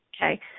okay